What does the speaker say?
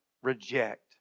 Reject